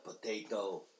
potato